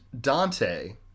Dante